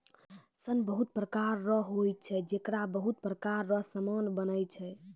सन बहुत प्रकार रो होय छै जेकरा बहुत प्रकार रो समान बनै छै